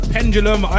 Pendulum